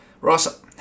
Ross